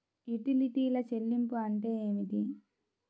యుటిలిటీల చెల్లింపు అంటే ఏమిటి?